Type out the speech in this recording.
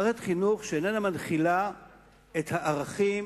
מערכת חינוך שאינה מנחילה את הערכים,